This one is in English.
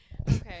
Okay